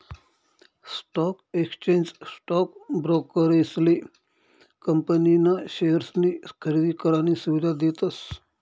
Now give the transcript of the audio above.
stock exchange stock ब्रोकरेसले company ना शेअर्सनी खरेदी करानी सुविधा देतस